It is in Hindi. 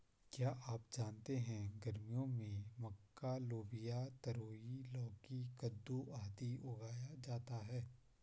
क्या आप जानते है गर्मियों में मक्का, लोबिया, तरोई, लौकी, कद्दू, आदि उगाया जाता है?